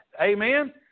Amen